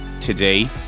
today